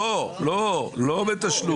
לא, לא בתשלום.